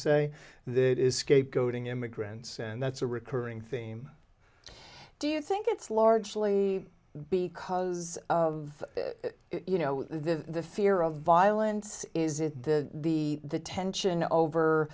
say that is scapegoating immigrants and that's a recurring theme do you think it's largely because of you know the fear of violence is it the the tension over